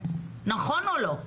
נכון או לא?